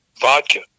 vodka